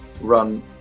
run